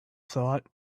thought